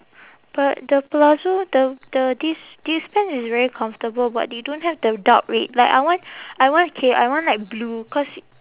but the palazzo the the this this pants is very comfortable but they don't have the dark red like I want I want K I want like blue cause